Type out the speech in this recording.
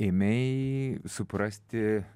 ėmei suprasti